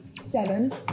seven